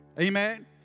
Amen